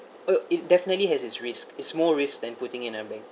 uh it definitely has its risks is more risk than putting in a bank